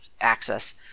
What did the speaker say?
access